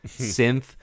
synth